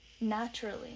naturally